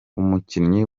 umukinnyi